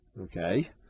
okay